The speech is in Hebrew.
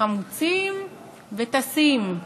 "חמוצים וטסים"